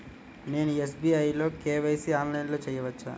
నేను ఎస్.బీ.ఐ లో కే.వై.సి ఆన్లైన్లో చేయవచ్చా?